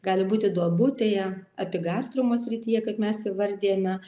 gali būti duobutėje epigastromo srityje kaip mes įvardijame